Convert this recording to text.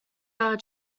are